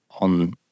on